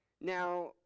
Now